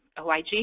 OIG